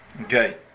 Okay